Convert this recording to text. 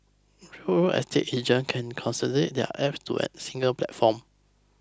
real estate agents can consolidate their apps to a single platform